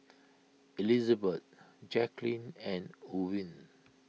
Elizabet Jacquelyn and Ewin